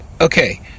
Okay